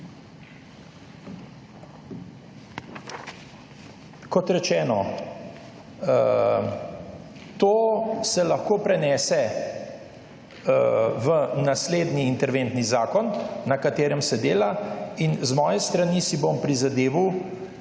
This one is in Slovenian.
kot rečeno, to se lahko prenese v naslednji interventni zakon na katerem se dela in z moje strani si bom prizadeval,